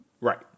Right